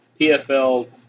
PFL